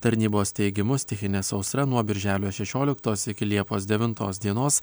tarnybos teigimu stichinė sausra nuo birželio šešioliktos iki liepos devintos dienos